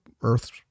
earth's